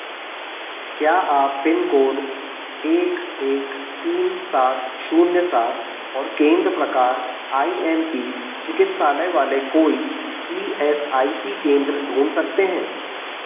क्या आप pin code एक एक तीन सात शून्य सात और केंद्र प्रकार आई एम पी चिकित्सालय वाले कोई ई एस आई सी केंद्र ढूँढ सकते हैं